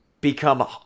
become